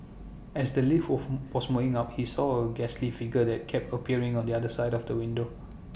as the lift was moving up he saw A ghastly figure that kept appearing on the other side of the window